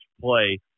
play